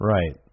Right